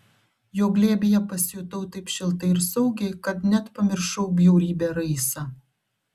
jo glėbyje pasijutau taip šiltai ir saugiai kad net pamiršau bjaurybę raisą